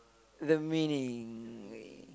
the meaning